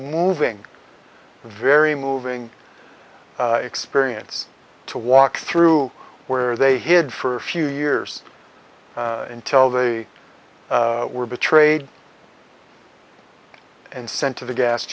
moving very moving experience to walk through where they hid for a few years until the were betrayed and sent to the gas